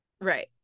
Right